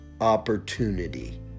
opportunity